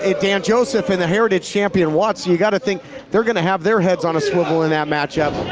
ah dan joseph, and the heritage champion, watts. you gotta think they're gonna have their heads on a swivel in that matchup.